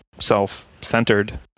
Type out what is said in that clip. self-centered